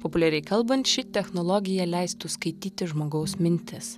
populiariai kalbant ši technologija leistų skaityti žmogaus mintis